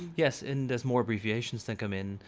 yes, and there's more abbreviations that come in.